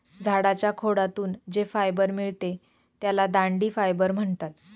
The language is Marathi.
झाडाच्या खोडातून जे फायबर मिळते त्याला दांडी फायबर म्हणतात